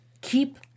keep